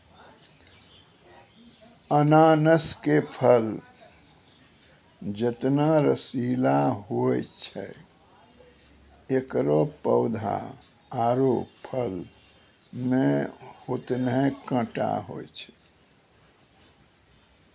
अनानस के फल जतना रसीला होय छै एकरो पौधा आरो फल मॅ होतने कांटो होय छै